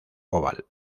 oval